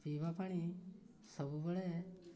ପିଇବା ପାଣି ସବୁବେଳେ